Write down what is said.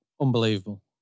unbelievable